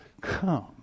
come